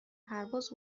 پرواز